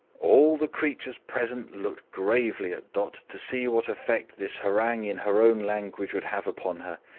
all the creatures present looked gravely at dot, to see what effect this harangue in her own language would have upon her,